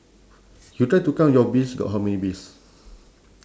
you try to count your bees got how many bees